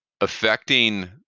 affecting